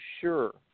sure